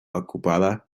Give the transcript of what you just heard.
ocupada